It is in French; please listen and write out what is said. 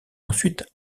ensuite